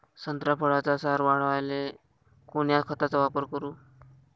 संत्रा फळाचा सार वाढवायले कोन्या खताचा वापर करू?